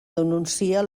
denuncia